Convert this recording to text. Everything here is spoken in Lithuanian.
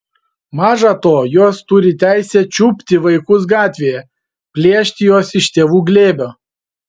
maža to jos turi teisę čiupti vaikus gatvėje plėšti juos iš tėvų glėbio